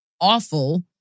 awful